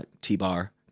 t-bar